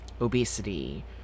obesity